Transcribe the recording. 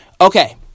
Okay